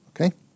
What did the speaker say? Okay